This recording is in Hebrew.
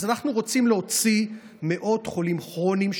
אז אנחנו רוצים להוציא מאות חולים כרוניים,